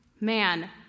man